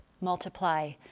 multiply